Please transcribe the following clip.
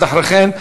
ומייד אחרי כן,